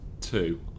Two